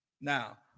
Now